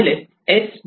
push s